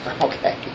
Okay